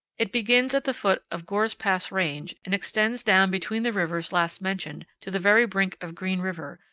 it begins at the foot of gore's pass range and extends down between the rivers last mentioned to the very brink of green river,